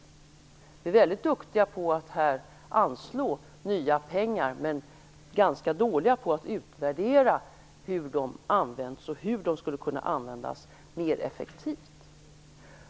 Vi är här i riksdagen väldigt duktiga på att anslå nya pengar men ganska dåliga på att utvärdera hur de används och hur de skulle kunna användas mer effektivt.